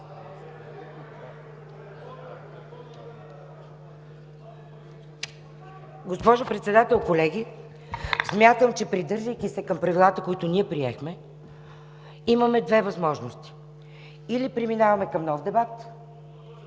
Госпожо Председател, колеги! Смятам, че придържайки се към правилата, които ние приехме, имаме две възможности – или преминаваме към нов дебат…